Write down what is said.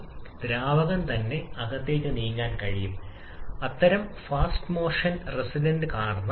അതിനാൽ വിച്ഛേദിക്കുന്നതിന്റെ ഫലം നമുക്ക് കാണാൻ കഴിയും സ്റ്റൈക്കിയോമെട്രിക് മിശ്രിതത്തിന് ഏറ്റവും ശക്തമായത്